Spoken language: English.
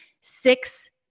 six